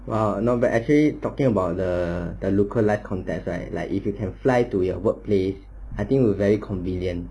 !wow! not bad actually talking about the the localised context right like if you can fly to your workplace I think will very convenient